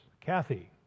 kathy